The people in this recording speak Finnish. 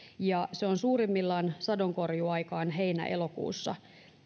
ja se on suurimmillaan sadonkorjuuaikaan heinä elokuussa